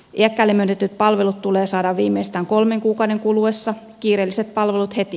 iäkkäälle myönnetyt palvelut tulee saada viimeistään kolmen kuukauden kuluessa kiireelliset palvelut heti